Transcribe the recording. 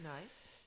Nice